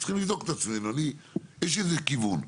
צריך לבדוק את עצמנו יש לי איזה כיוון,